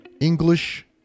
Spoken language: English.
English